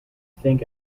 think